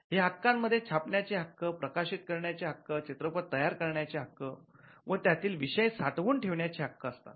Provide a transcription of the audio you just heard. या हक्कां मध्ये छापण्याचे हक्क प्रकाशित करण्याचे हक्क चित्रपट तयार करण्याचे हक्क व त्यातील विषय साठवून ठेवण्याचे हक्क असतात